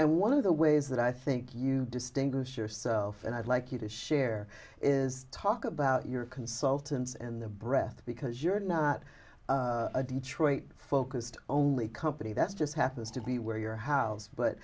and one of the ways that i think you distinguish yourself and i'd like you to share is talk about your consultants and the breath because you're not a detroit focused only company that's just happens to be where your house but